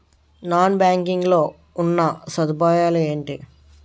Non banking లో ఉన్నా సదుపాయాలు ఎంటి?